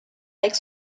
avec